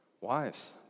Wives